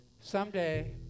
Someday